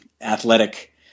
athletic